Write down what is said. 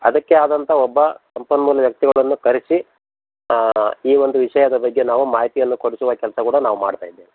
ಅದಕ್ಕೇ ಆದಂಥ ಒಬ್ಬ ಸಂಪನ್ಮೂಲ ವ್ಯಕ್ತಿಗಳನ್ನು ಕರೆಸಿ ಈ ಒಂದು ವಿಷಯದ ಬಗ್ಗೆ ನಾವು ಮಾಹಿತಿಯನ್ನು ಕೊಡಿಸುವ ಕೆಲಸ ಕೂಡ ನಾವು ಮಾಡ್ತಾಯಿದ್ದೇವೆ